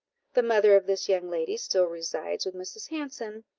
the mother of this young lady still resides with mrs. hanson,